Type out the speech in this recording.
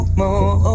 more